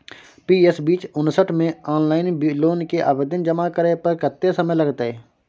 PS बीच उनसठ म ऑनलाइन लोन के आवेदन जमा करै पर कत्ते समय लगतै?